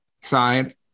side